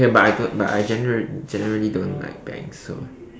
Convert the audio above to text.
ya but I don't but I general generally don't like bangs so